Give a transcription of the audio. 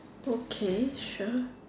okay sure